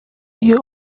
iyo